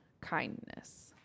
kindness